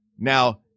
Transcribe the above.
Now